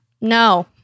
No